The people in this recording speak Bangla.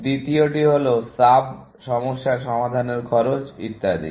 দ্বিতীয়টি হল সাব সমস্যা সমাধানের খরচ ইত্যাদি